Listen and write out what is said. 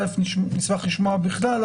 נשמח לשמוע בכלל,